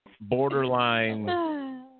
borderline